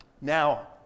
Now